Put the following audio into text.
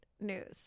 news